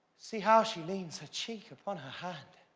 see, how she leans her cheek upon her hand!